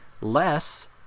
Less